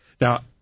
Now